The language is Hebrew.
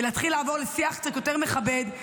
ולהתחיל לעבור לשיח קצת יותר מכבד.